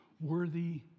worthy